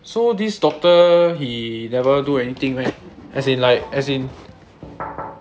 so this doctor he never do anything meh as in like as in